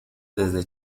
desde